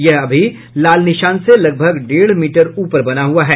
यह अभी लाल निशान से लगभग डेढ़ मीटर ऊपर बना हुआ है